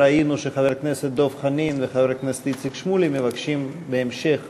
ראינו שחבר הכנסת דב חנין וחבר הכנסת איציק שמולי מבקשים בהמשך